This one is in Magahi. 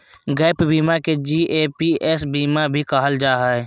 गैप बीमा के जी.ए.पी.एस बीमा भी कहल जा हय